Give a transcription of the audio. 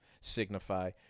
signify